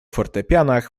fortepianach